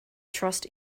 trust